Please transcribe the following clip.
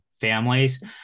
families